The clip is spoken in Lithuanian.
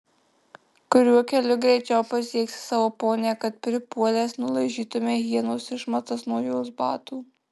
kuriuo keliu greičiau pasieksi savo ponią kad pripuolęs nulaižytumei hienos išmatas nuo jos batų